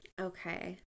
okay